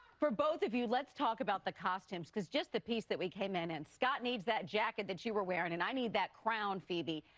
for both of you, let's talk about the costumes, because just the piece that we came in in, and scott needs that jacket that you were wearing, and i need that crown, phoebe.